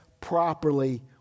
properly